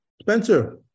Spencer